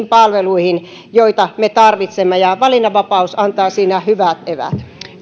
palveluihin joita me tarvitsemme ja valinnanvapaus antaa siihen hyvät eväät